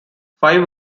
five